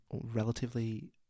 Relatively